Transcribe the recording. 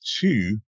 two